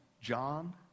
John